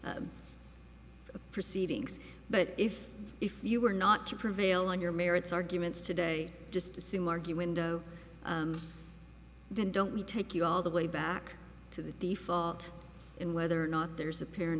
proceedings but if if you were not to prevail on your merits arguments today just assume argue window then don't we take you all the way back to the default and whether or not there's a peer in